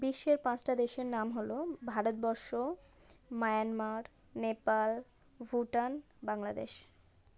বিশ্বের পাঁচটা দেশের নাম হলো ভারতবর্ষ মায়ানমার নেপাল ভুটান বাংলাদেশ